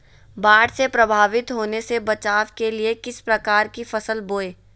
बाढ़ से प्रभावित होने से बचाव के लिए किस प्रकार की फसल बोए?